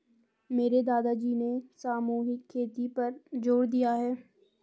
मेरे दादाजी ने सामूहिक खेती पर जोर दिया है